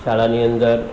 શાળાની અંદર